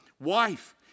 wife